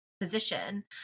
position